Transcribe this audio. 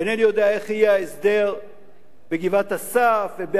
אינני יודע איך יהיה ההסדר בגבעת-אסף, ובעמונה,